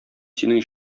синең